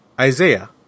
Isaiah